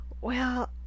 Well